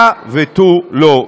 הא ותו לא.